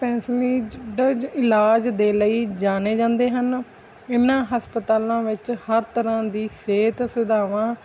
specially ਇਲਾਜ ਦੇ ਲਈ ਜਾਣੇ ਜਾਂਦੇ ਹਨ ਇਹਨਾਂ ਹਸਪਤਾਲਾਂ ਵਿੱਚ ਹਰ ਤਰ੍ਹਾਂ ਦੀ ਸਿਹਤ ਸੁਵਿਧਾਵਾਂ